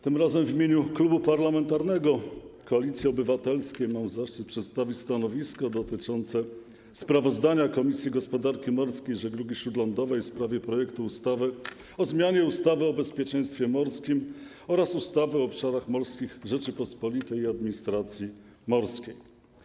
Tym razem w imieniu Klubu Parlamentarnego Koalicja Obywatelska mam zaszczyt przedstawić stanowisko dotyczące sprawozdania Komisji Gospodarki Morskiej i Żeglugi Śródlądowej w sprawie projektu ustawy o zmianie ustawy o bezpieczeństwie morskim oraz ustawy o obszarach morskich Rzeczypospolitej Polskiej i administracji morskiej.